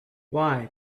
why